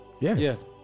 Yes